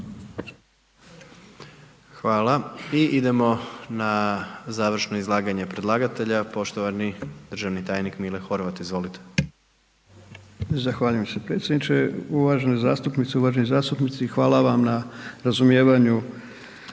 Hvala. I idemo na završno izlaganje predlagatelja, poštovani državni tajnik Mile Horvat. Izvolite. **Horvat, Mile (SDSS)** Zahvaljujem se predsjedniče. Uvažene zastupnice, uvaženi zastupnici hvala vam na razumijevanju